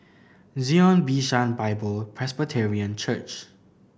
Zion Bishan Bible Presbyterian Church